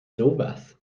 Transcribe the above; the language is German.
sowas